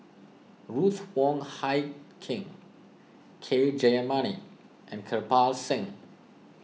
Ruth Wong Hie King K Jayamani and Kirpal Singh